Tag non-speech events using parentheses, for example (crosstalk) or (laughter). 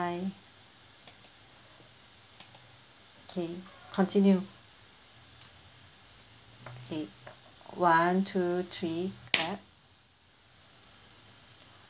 okay continue okay one two three clap (noise)